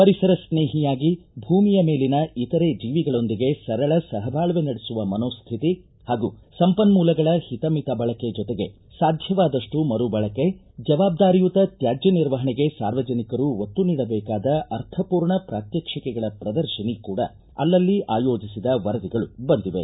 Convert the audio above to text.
ಪರಿಸರ ಸ್ನೇಹಿಯಾಗಿ ಭೂಮಿಯ ಮೇಲಿನ ಇತರೆ ಜೀವಿಗಳೊಂದಿಗೆ ಸರಳ ಸಹಬಾಳ್ವೆ ನಡೆಸುವ ಮನೋಶ್ಯತಿ ಹಾಗೂ ಸಂಪನ್ಮೂಲಗಳ ಹಿತಮಿತ ಬಳಕೆ ಜೊತೆಗೆ ಸಾಧ್ಯವಾದಷ್ಟು ಮರು ಬಳಕೆ ಜವಾಬ್ದಾರಿಯುತ ತ್ವಾದ್ಯ ನಿರ್ವಹಣೆಗೆ ಸಾರ್ವಜನಿಕರು ಒತ್ತು ನೀಡಬೇಕಾದ ಅರ್ಥಪೂರ್ಣ ಪ್ರಾತ್ಮಕ್ಷಿಕೆಗಳ ಪ್ರದರ್ಶಿನಿ ಕೂಡ ಅಲ್ಲಲ್ಲಿ ಆಯೋಜಿಸಿದ ವರದಿಗಳು ಬಂದಿವೆ